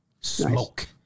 smoke